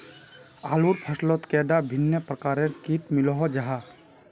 आलूर फसलोत कैडा भिन्न प्रकारेर किट मिलोहो जाहा?